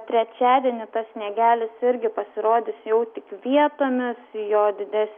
trečiadienį tas sniegelis irgi pasirodys jau tik vietomis jo dides